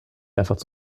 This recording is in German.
einfach